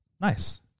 Nice